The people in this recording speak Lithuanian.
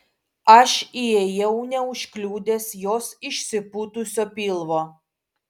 aš įėjau neužkliudęs jos išsipūtusio pilvo